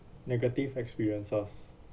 negative experiences